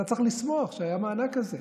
אתה צריך לשמוח שהיה מענק כזה.